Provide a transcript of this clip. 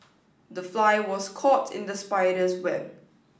the fly was caught in the spider's web